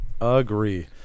agree